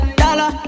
dollar